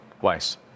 Weiss